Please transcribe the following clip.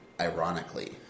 ironically